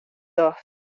dos